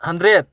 hundred